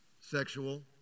sexual